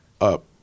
up